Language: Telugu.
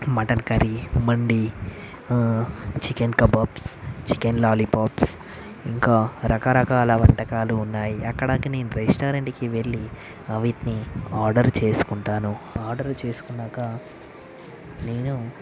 మటన్ కర్రీ మండి చికెన్ కబాబ్స్ చికెన్ లాలిపాప్స్ ఇంకా రకరకాల వంటకాలు ఉన్నాయి అక్కడికి నేను రెస్టారెంట్కి వెళ్ళి వీటిని ఆర్డర్ చేసుకుంటాను ఆర్డర్ చేసుకున్నాక నేను